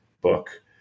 book